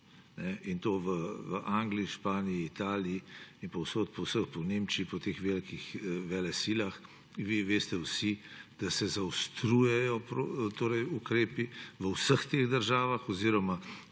in to v Angliji, Španiji, Italiji in povsod, po Nemčiji, po teh velikih velesilah. Vi veste, da se zaostrujejo ukrepi v vseh teh državah oziroma